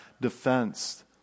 defense